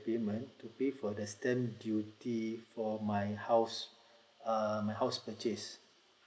payment to pay for the stamp duty for my house err my house purchase